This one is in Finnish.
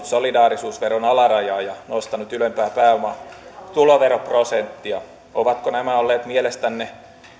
solidaarisuusveron alarajaa ja nostanut ylempää pääomatuloveroprosenttia ovatko nämä olleet mielestänne